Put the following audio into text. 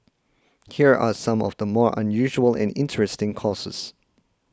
here are some of the more unusual and interesting courses